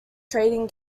trading